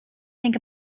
think